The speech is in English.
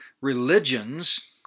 religions